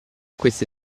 queste